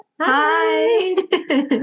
Hi